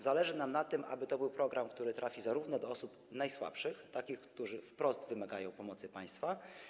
Zależy nam na tym, aby to był program, który trafi do osób najsłabszych, takich, które wprost wymagają pomocy państwa.